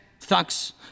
thugs